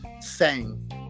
sang